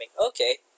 Okay